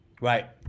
Right